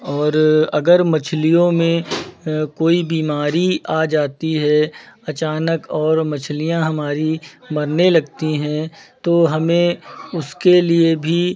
और अगर मछलियों में कोई बीमारी आ जाती है अचानक और मछलियाँ हमारी मरने लगती हैं तो हमें उसके लिए भी